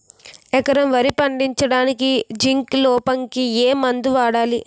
ఎకరం వరి పండించటానికి జింక్ లోపంకి ఏ మందు వాడాలి?